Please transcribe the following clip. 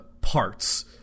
parts